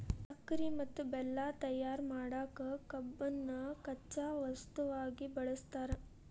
ಸಕ್ಕರಿ ಮತ್ತ ಬೆಲ್ಲ ತಯಾರ್ ಮಾಡಕ್ ಕಬ್ಬನ್ನ ಕಚ್ಚಾ ವಸ್ತುವಾಗಿ ಬಳಸ್ತಾರ